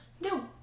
no